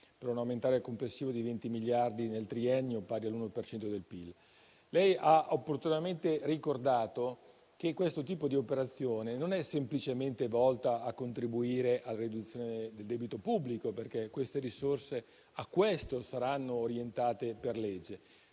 per un ammontare complessivo di 20 miliardi nel triennio pari all'1 per cento del PIL. Lei ha opportunamente ricordato che questo tipo di operazione non è semplicemente volta a contribuire alla riduzione del debito pubblico, perché tali risorse a questo saranno orientate per legge.